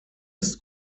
ist